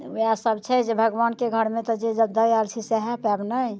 ओएह सभ छै जे भगवानकेँ घरमे तऽ जे दऽ आएल छी सहए पायब ने